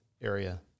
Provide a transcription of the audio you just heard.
area